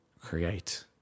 create